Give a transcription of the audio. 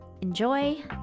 enjoy